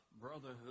brotherhood